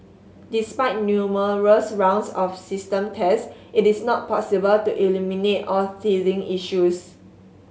despite numerous rounds of system test it is not possible to eliminate all teething issues